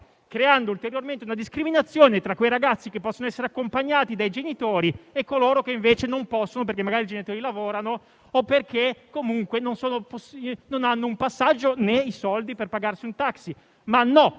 un'ulteriore discriminazione tra quei ragazzi che possono essere accompagnati dai genitori e coloro che invece non possono perché magari i genitori lavorano o perché comunque non hanno un passaggio né i soldi per pagarsi un taxi. Ma no,